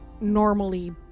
normally